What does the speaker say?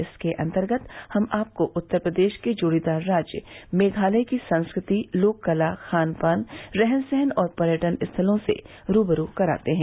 इसके अंतर्गत हम आपको उत्तर प्रदेश के जोड़ीदार राज्य मेघालय की संस्कृति लोक कला खान पान रहन सहन और पर्यटन स्थलों से रूबरू कराते हैं